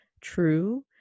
true